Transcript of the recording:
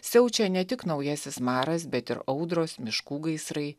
siaučia ne tik naujasis maras bet ir audros miškų gaisrai